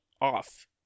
off